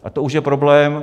A to už je problém.